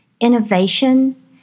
innovation